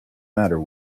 matter